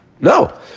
No